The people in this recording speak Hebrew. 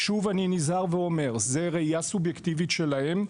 שוב, אני נזהר ואומר: זו ראייה סובייקטיבית שלהם.